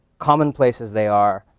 commonplace as they are,